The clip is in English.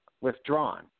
withdrawn